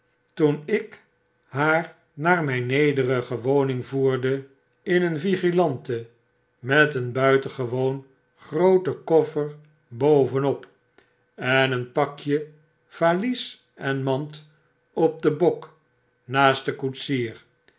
toen ik haar naar myn nederige woning voerde in een vigilante met een buitengewoon grooten koffer boven op en een pakje valies en mand op den bok naast den koetsier